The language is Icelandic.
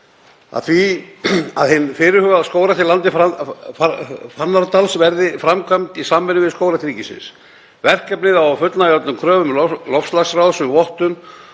er að hin fyrirhugaða skógrækt í landi Fannardals verði framkvæmd í samvinnu við Skógrækt ríkisins. Verkefnið á að fullnægja öllum kröfum loftslagsráðs um vottun